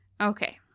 Okay